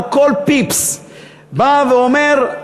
על כל פיפס בא ואומר: